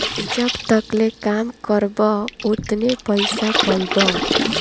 जब तकले काम करबा ओतने पइसा पइबा